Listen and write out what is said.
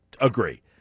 agree